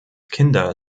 kinder